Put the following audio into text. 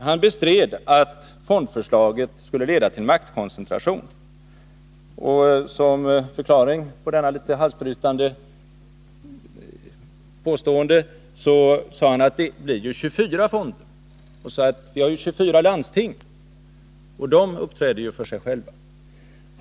Han bestred att fondförslaget skulle leda till maktkoncentration. Som förklaring på detta litet halsbrytande påstående sade han: Det blir 24 fonder. Vi har 24 landsting, och de uppträder ju vart och ett för sig.